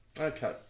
Okay